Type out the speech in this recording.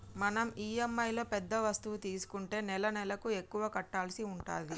మనం ఇఎమ్ఐలో పెద్ద వస్తువు తీసుకుంటే నెలనెలకు ఎక్కువ కట్టాల్సి ఉంటది